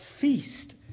feast